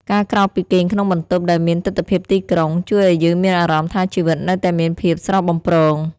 ការក្រោកពីគេងក្នុងបន្ទប់ដែលមានទិដ្ឋភាពទីក្រុង ជួយឱ្យយើងមានអារម្មណ៍ថាជីវិតនៅតែមានភាពស្រស់បំព្រង។